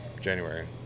January